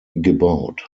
gebaut